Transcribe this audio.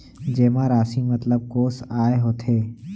जेमा राशि मतलब कोस आय होथे?